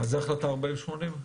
מה זה החלטה 4080?